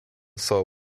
saw